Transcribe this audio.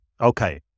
Okay